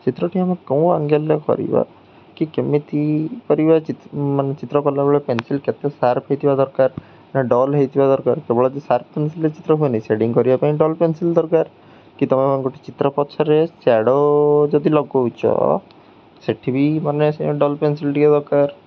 ଚିତ୍ରଟି ଆମେ କେଉଁ ଆଙ୍ଗେଲ୍ରେ କରିବା କି କେମିତି କରିବା ମାନେ ଚିତ୍ର କଲାବେଳେ ପେନ୍ସିଲ୍ କେତେ ସାର୍ପ୍ ହୋଇଥିବା ଦରକାର ନା ଡଲ୍ ହୋଇଥିବା ଦରକାର କେବଳ ଯଦି ସାର୍ପ୍ ପେନ୍ସିଲ୍ରେ ଚିତ୍ର ହୁଏନି ସେଡ଼ିଙ୍ଗ୍ କରିବା ପାଇଁ ଡଲ୍ ପେନ୍ସିଲ୍ ଦରକାର କି ଗୋଟେ ଚିତ୍ର ପଛରେ ସ୍ୟାଡ଼ୋ ଯଦି ଲଗଉଛ ସେଇଠି ବି ମାନେ ସେ ଡଲ୍ ପେନ୍ସିଲ୍ ଟିକିଏ ଦରକାର